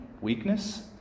weakness